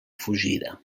fugida